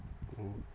mm